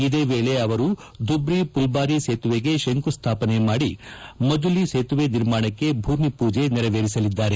ಇದೇ ವೇಳೆ ಅವರು ಧುಬ್ರಿ ಪುಲ್ಲಾರಿ ಸೇತುವೆಗೆ ಶಂಕುಸ್ತಾಪನೆ ಮಾದಿ ಮಜುಲಿ ಸೇತುವೆ ನಿರ್ಮಾಣಕ್ಕೆ ಭೂಮಿ ಪೊಜೆ ನೆರವೇರಿಸಲಿದ್ದಾರೆ